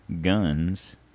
guns